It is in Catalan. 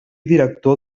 director